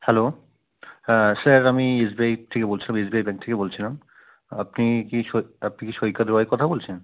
hello হ্যাঁ sir আমি S B আইর থেকে বলছিলাম এস বি আই ব্যাঙ্ক থেকে বলছিলাম আপনি কি আপনি কি সৈকত রয় কথা বলছেন